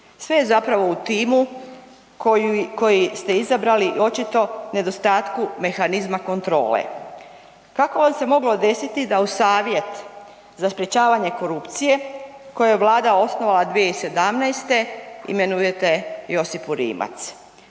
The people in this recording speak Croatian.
Sve je zapravo u timu koji ste izabrali i očito nedostatku mehanizma kontrole. Kako vam se moglo desiti da u Savjet za sprečavanje korupcije koje je Vlada osnovala 2017. imenujete Josipu Rimac?